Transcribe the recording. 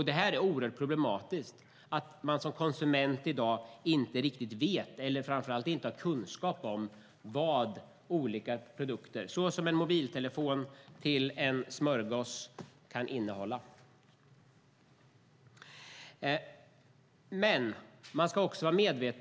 Det är oerhört problematiskt att man som konsument i dag inte riktigt vet eller har kunskap om vad olika produkter, från en mobiltelefon till en smörgås, kan innehålla.